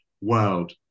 world